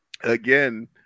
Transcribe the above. again